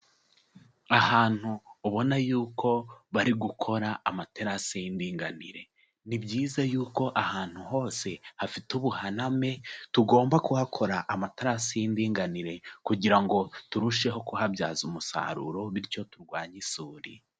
Ahantu ubona yuko bari gukora amaterasi y'iminganire, ni byiza yuko ahantu hose hafite ubuhaname tugomba kuhakora amaterasi y'imdinganire kugira ngo turusheho kuhabyaza umusaruro bityo turwanye isuri.